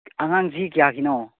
ꯑꯉꯥꯡ ꯆꯍꯤ ꯀꯌꯥꯒꯤꯅꯣ